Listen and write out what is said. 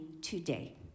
today